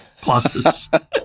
pluses